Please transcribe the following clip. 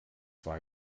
war